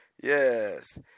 Yes